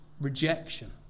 rejection